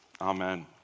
Amen